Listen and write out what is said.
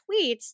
tweets